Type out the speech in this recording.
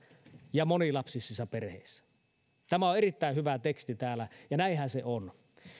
ja monilapsisissa perheissä tämä on erittäin hyvää teksti täällä ja näinhän se on